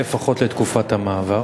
לפחות לתקופת המעבר.